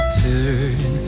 turn